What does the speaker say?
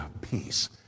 peace